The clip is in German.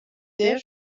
sehr